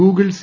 Google C